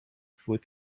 food